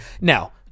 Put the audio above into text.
now